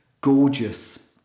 Gorgeous